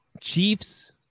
Chiefs